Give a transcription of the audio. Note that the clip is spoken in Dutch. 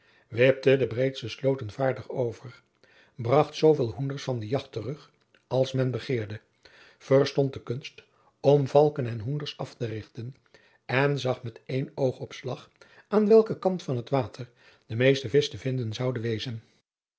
wipte de breedste sloten vaardig over bracht zooveel hoenders van de jacht terug als men begeerde verstond de kunst om valken en hoenders af te richten en zag met een oogopslag aan welken kant van t water de meeste visch te vinden zoude wezen